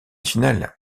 finale